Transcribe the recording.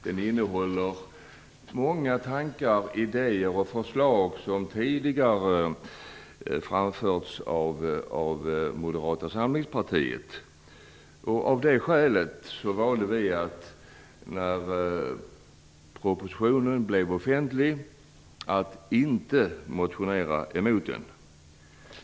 Den innehåller många tankar, idéer och förslag som tidigare framförts av Moderata samlingspartiet. Av det skälet valde vi när propositionen blev offentlig att inte motionera emot den.